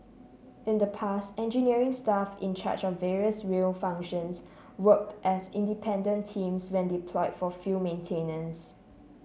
in the past engineering staff in charge of various rail functions worked as independent teams when deploy for field maintenance